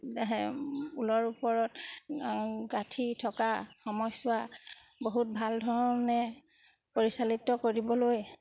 ঊলৰ ওপৰত গাঁঠি থকা সময়ছোৱা বহুত ভাল ধৰণে পৰিচালিত কৰিবলৈ